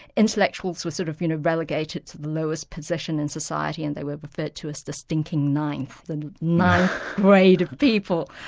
intellectuals were sort of you know relegated to the lowest position in society and they were referred to as the stinking ninth, the ninth grade of people.